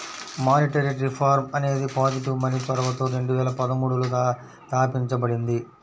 monetary reform అనేది positive money చొరవతో రెండు వేల పదమూడులో తాపించబడింది